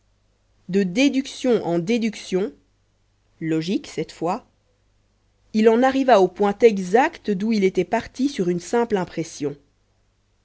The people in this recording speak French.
de déductions en déductions logiques cette fois il en arriva au point exact d'où il était parti sur une simple impression